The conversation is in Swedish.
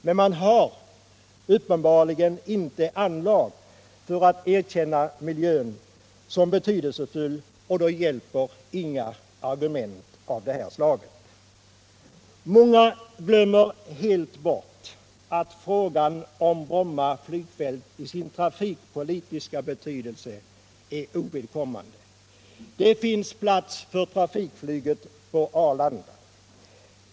Men man har uppenbarligen inte anlag för att erkänna miljön som betydelsefull, och då hjälper inga argument av det här slaget. Många glömmer helt bort att frågan om Bromma flygfält i sin trafikpolitiska betydelse är helt ovidkommande. Det finns plats för trafikflyget på Arlanda.